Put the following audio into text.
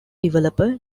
developer